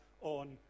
on